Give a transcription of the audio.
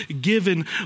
given